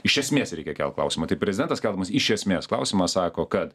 iš esmės reikia kelt klausimą tai prezidentas keldamas iš esmės klausimą sako kad